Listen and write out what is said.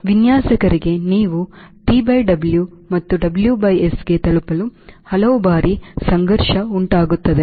ವಿನ್ಯಾಸಕರಿಗಾಗಿ ನೀವು TW ಮತ್ತು WS ಗೆ ತಲುಪಲು ಹಲವು ಬಾರಿ ಸಂಘರ್ಷ ಉಂಟಾಗುತ್ತದೆ